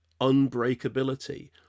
unbreakability